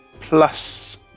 Plus